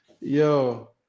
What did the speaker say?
Yo